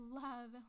love